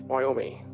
Wyoming